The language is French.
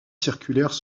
circulaires